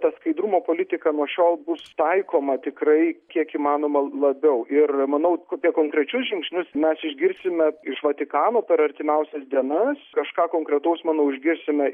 ta skaidrumo politika nuo šiol bus taikoma tikrai kiek įmanoma labiau ir manau kokie konkrečius žingsnius mes išgirsime iš vatikano per artimiausias dienas kažką konkretaus manau išgirsime